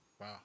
Wow